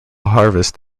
harvest